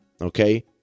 Okay